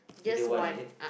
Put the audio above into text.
middle one is it